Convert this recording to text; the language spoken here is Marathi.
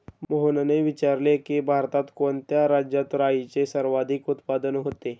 मोहनने विचारले की, भारतात कोणत्या राज्यात राईचे सर्वाधिक उत्पादन होते?